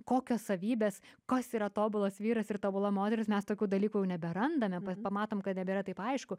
kokios savybės kas yra tobulas vyras ir tobula moteris mes tokių dalykų jau neberandame pamatom kad nebėra taip aišku